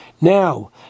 Now